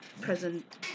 present